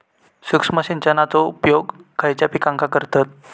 सूक्ष्म सिंचनाचो उपयोग खयच्या पिकांका करतत?